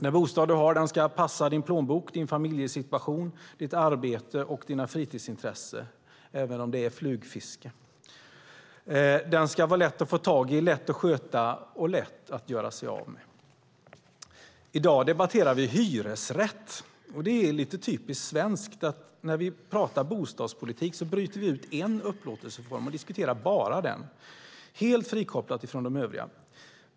Den bostad vi har ska passa vår plånbok, vår familjesituation, vårt arbete och våra fritidsintressen, även om det är flugfiske. Den ska vara lätt att få tag i, lätt att sköta och lätt att göra sig av med. I dag debatterar vi hyresrätt. Det är lite typiskt svenskt att när vi pratar bostadspolitik så bryter vi ut en upplåtelseform och diskuterar bara den, helt frikopplat från de övriga.